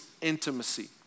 intimacy